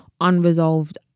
unresolved